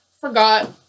Forgot